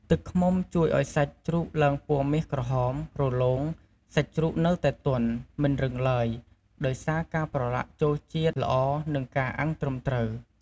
ទឹកឃ្មុំជួយឱ្យសាច់ជ្រូកឡើងពណ៌មាសក្រហម រលោង សាច់ជ្រូកនៅតែទន់ មិនរឹងឡើយ ដោយសារការប្រឡាក់ចូលជាតិល្អ និងការអាំងត្រឹមត្រូវ។